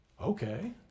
Okay